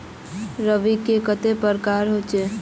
रवि के कते प्रकार होचे?